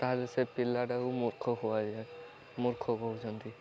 ତାହେଲେ ସେ ପିଲାଟାକୁ ମୂର୍ଖ କୁହାଯାଏ ମୂର୍ଖ କହୁଛନ୍ତି